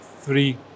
three